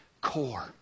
core